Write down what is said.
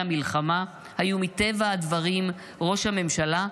בתחילה בידי ראש הממשלה,